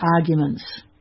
arguments